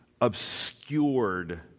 obscured